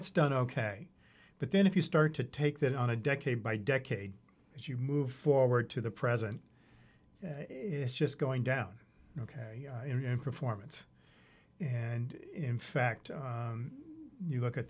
it's done ok but then if you start to take that on a decade by decade as you move forward to the present it's just going down ok in performance and in fact you look at